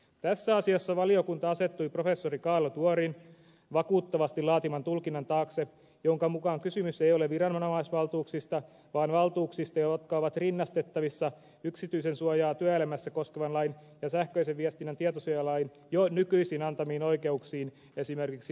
tässä asiassa valiokunta asettui professori kaarlo tuorin vakuuttavasti laatiman tulkinnan taakse jonka mukaan kysymys ei ole viranomaisvaltuuksista vaan valtuuksista jotka ovat rinnastettavissa yksityisyyden suojaa työelämässä koskevan lain ja sähköisen viestinnän tietosuojalain jo nykyisin antamiin oikeuksiin esimerkiksi kameravalvonnan osalta